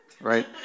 Right